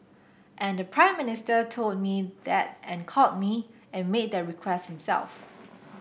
and the Prime Minister told me that and called me and made that request himself